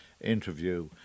interview